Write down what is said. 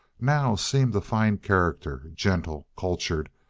now seemed a fine character, gentle, cultured,